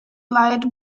light